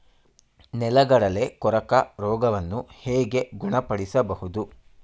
ನೆಲಗಡಲೆ ಕೊರಕ ರೋಗವನ್ನು ಹೇಗೆ ಗುಣಪಡಿಸಬಹುದು?